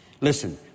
Listen